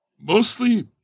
mostly